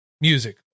music